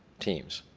teams.